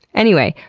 anyway,